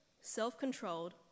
self-controlled